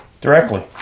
directly